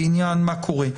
בעניין מה קורה.